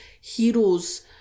heroes